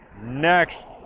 next